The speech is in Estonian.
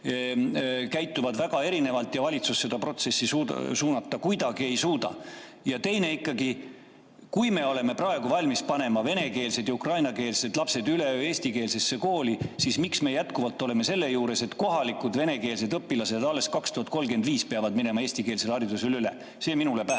käituvad väga erinevalt ja valitsus seda protsessi suunata kuidagi ei suuda. Teiseks ikkagi: kui me oleme praegu valmis panema venekeelsed ja ukrainakeelsed lapsed üleöö eestikeelsesse kooli, siis miks me jätkuvalt oleme selle juures, et kohalikud venekeelsed õpilased alles 2035 peavad minema eestikeelsele haridusele üle? See minule pähe